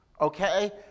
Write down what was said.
Okay